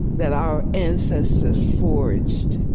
that our ancestors forged.